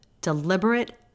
deliberate